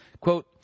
Quote